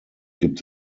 gibt